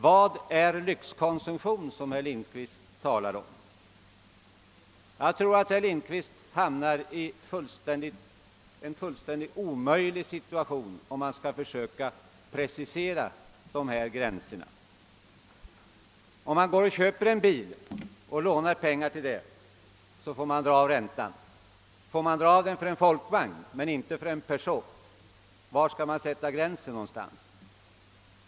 Vad är »lyxkonsumtion», som herr Lindkvist talade om? Jag tror att herr Lindkvist hamnar i en fullständigt omöjlig situation, om han försöker precisera dessa gränser. Om man köper en bil och lånar pengar till detta bilköp, får man dra av räntan. Får man dra av den för en Volkswagen men inte för en Peugeot? Var skall man sätta gränsen?